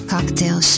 Cocktail